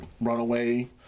runaway